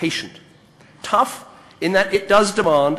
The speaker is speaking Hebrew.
ולפיד הדמוקרטיה לעולם כולו.